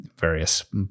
various